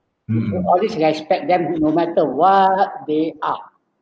will always respect them no matter what they are